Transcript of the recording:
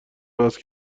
وصل